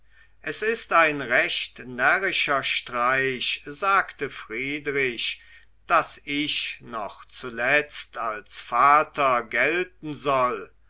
es ist ein recht närrischer streich sagte friedrich daß ich noch zuletzt als vater gelten soll